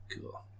cool